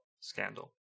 scandal